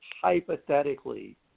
hypothetically